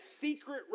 secret